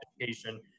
education